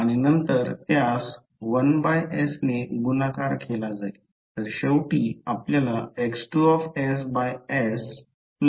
आणि नंतर त्यास 1s ने गुणाकार केला जाईल